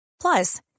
Plus